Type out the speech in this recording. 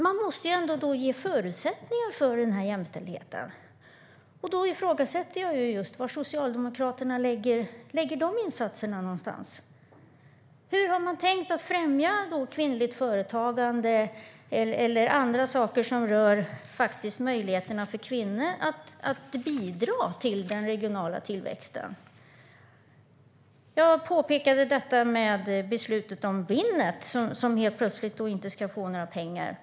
Man måste ju ge förutsättningar för sådan jämställdhet, och då ifrågasätter jag var Socialdemokraterna lägger de insatserna någonstans. Hur har man tänkt främja kvinnligt företagande eller andra saker som rör möjligheterna för kvinnor att bidra till den regionala tillväxten? Jag påpekade detta med beslutet om Winnet, som helt plötsligt inte ska få några pengar.